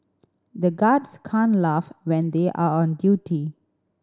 the guards can't laugh when they are on duty